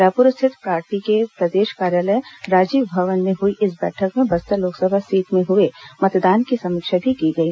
रायपूर स्थित पार्टी के प्रदेश कार्यालय राजीव भवन में हई इस बैठक में बस्तर लोकसभा सीट में हुए मतदान की समीक्षा भी की गई